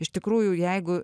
iš tikrųjų jeigu